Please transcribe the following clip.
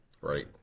right